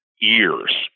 years